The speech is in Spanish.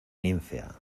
ninfea